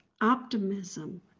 optimism